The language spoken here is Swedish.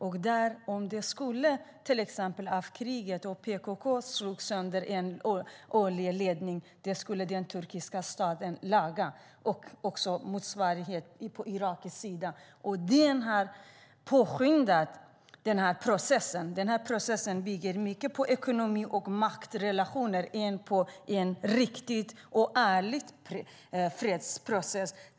Om till exempel en oljeledning skulle slås sönder i kriget av PKK ska den turkiska staten laga den. Motsvarande regler gäller på irakisk sida. Denna överenskommelse har påskyndat processen. Processen bygger mer på ekonomi och maktrelationer än en riktig och ärlig fredsprocess.